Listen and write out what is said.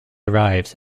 arrives